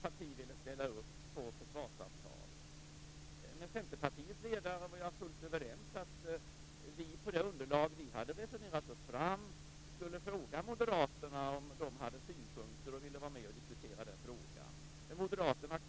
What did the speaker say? Armén förses med nya stridsvagnar, hemvärnet skall moderniseras, och mycket mer.